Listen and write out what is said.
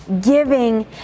giving